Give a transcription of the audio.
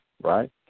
right